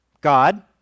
God